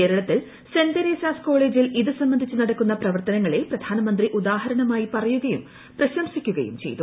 കേരളത്തിൽ saint Teresa's കോളേജിൽ ഇത് സംബന്ധിച്ച് നടക്കുന്ന പ്രവർത്തനങ്ങളെ പ്രധാനമന്ത്രി ഉദാഹരണമായി പറയുകയും പ്രശംസിക്കുകയും ചെയ്തു